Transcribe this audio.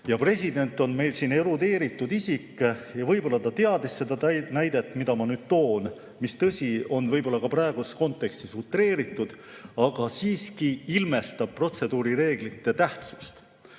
President on meil erudeeritud isik ja võib-olla teadis ka seda näidet, mida ma nüüd toon, mis tõsi, on võib-olla praeguses kontekstis utreeritud, aga siiski ilmestab protseduurireeglite tähtsust.